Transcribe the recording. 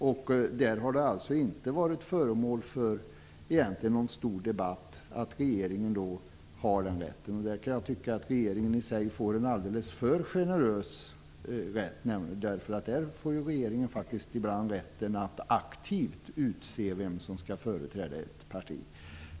Det förhållandet att regeringen har den här rätten har inte varit föremål för någon stor debatt. Jag kan tycka att regeringens rätt är alldeles för generös. Regeringen har ju ibland faktiskt rätt att aktivt utse vem som skall företräda ett parti.